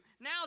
now